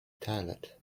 toilet